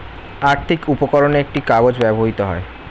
আর্থিক উপকরণে একটি কাগজ ব্যবহৃত হয়